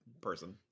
person